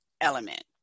element